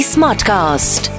Smartcast